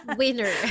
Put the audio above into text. winner